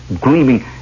gleaming